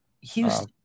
Houston